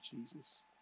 Jesus